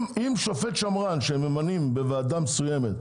אם שופט שמרן שממנים בוועדה מסוימת,